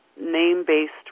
name-based